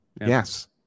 Yes